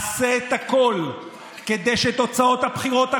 וגם של אחרי הבחירות,